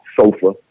sofa